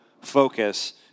focus